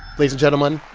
ladies and gentlemen,